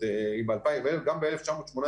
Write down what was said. גם ב-1918,